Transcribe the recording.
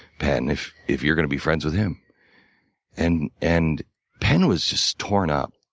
penn, if if you're gonna be friends with him and and penn was just torn up.